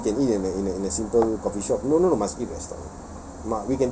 ask her if we can eat in a in a in a simple coffeeshop no no must eat restaurant